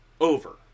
over